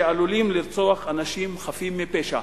שעלולים לרצוח אנשים חפים מפשע.